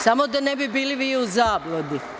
Samo da ne bi bili vi u zabludi.